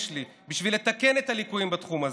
לי בשביל לתקן את הליקויים בתחום הזה.